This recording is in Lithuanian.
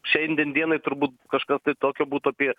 šiandien dienai turbūt kažkas tai tokio būtų apie